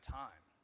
time